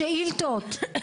שאילתות,